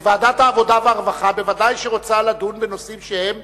ועדת העבודה והרווחה בוודאי רוצה לדון בנושאים שהם,